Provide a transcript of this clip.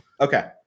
Okay